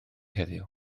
heddiw